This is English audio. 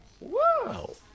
Wow